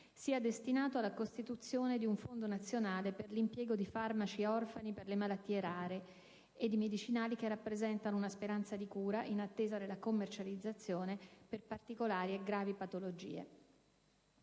sia destinato alla costituzione di un fondo nazionale per l'impiego di farmaci orfani per le malattie rare e di medicinali che rappresentano una speranza di cura, in attesa della commercializzazione, per particolari e gravi patologie.